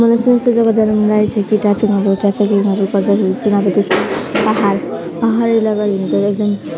मलाई चाहिँ यस्तो जग्गा जानु मन लागेको छ कि ट्राफिकिङ ट्राफिकिङहरू गर्दाखेरि चाहिँ अब त्यस्तो पहाड पहाड इलाकाहरू हेर्नुको लागि एकदम